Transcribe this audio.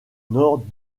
nord